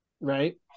Right